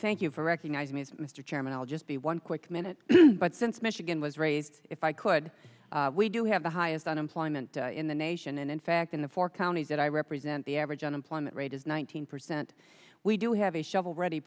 thank you for recognizing mr chairman i'll just be one quick minute but since michigan was raised if i could we do have the highest unemployment in the nation and in fact in the four counties that i represent the average unemployment rate is one thousand percent we do have a shovel ready